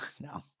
no